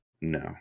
No